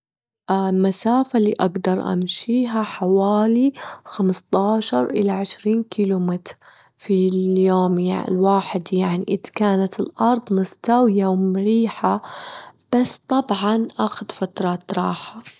المسافة اللي أجدر أمشيها حوالي خمستاشر إلى عشرين كيلومتر في اليوم يعني- الواحد يعني إذ كانت الأرض مستوية ومريحة، بس طبعًا آخد فترات راحة.